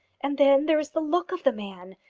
and then there is the look of the man.